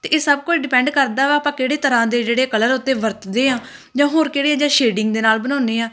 ਇਹ ਸਭ ਕੁਛ ਡਿਪੈਂਡ ਵਾ ਆਪਾਂ ਕਿਹੜੇ ਤਰ੍ਹਾਂ ਦੇ ਜਿਹੜੇ ਕਲਰ ਉਹਤੇ ਵਰਤ ਦੇ ਹਾਂ ਜਾਂ ਹੋਰ ਕਿਹੜੇ ਆ ਜਾਂ ਸ਼ੇਡਿੰਗ ਦੇ ਨਾਲ ਬਣਾਉਦੇ ਹਾਂ